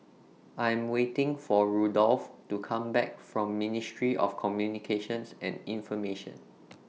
I Am waiting For Rudolph to Come Back from Ministry of Communications and Information